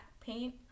paint